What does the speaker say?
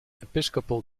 episcopal